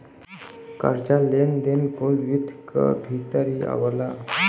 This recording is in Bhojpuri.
कर्जा, लेन देन कुल वित्त क भीतर ही आवला